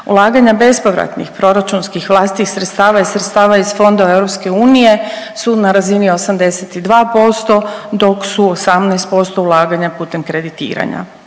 Ulaganja bespovratnih proračunskih vlastitih sredstava i sredstva iz fondova EU su na razini 82% dok su 18% ulaganja putem kreditiranja.